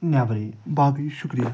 نیٚبرٕے باقٕے شکریہِ